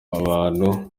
abantu